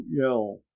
yell